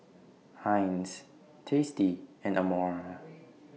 Heinz tasty and Amore